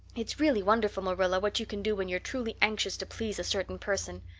it's really wonderful, marilla, what you can do when you're truly anxious to please a certain person.